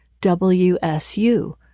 WSU